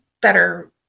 better